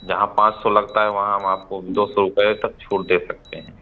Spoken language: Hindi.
जहाँ पाँच सौ लगता है वहाँ हम आपको दो सौ रुपये तक छूट दे सकते हैं